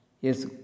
Yes